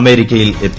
അമേരിക്കയിൽ എത്തി